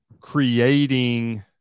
creating